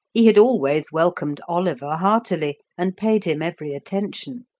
he had always welcomed oliver heartily, and paid him every attention.